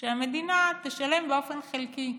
שהמדינה תשלם, באופן חלקי,